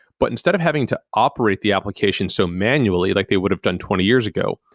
but instead of having to operate the application so manually like they would've done twenty years ago,